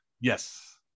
Yes